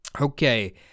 okay